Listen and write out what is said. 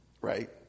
Right